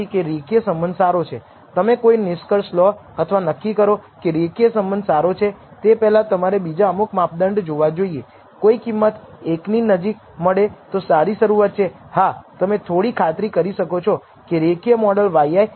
બીજી બાજુ જો તમને તે ખૂબ જ ઓછી કિંમત મળે મતલબ કે તમારે નલ પૂર્વધારણાને નકારી કાઢવી જોઈએ વધારે વિશ્વાસ સાથે તમે નલ પૂર્વધારણાને નકારી શકો છો